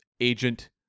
agent